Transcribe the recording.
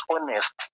honest